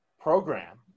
program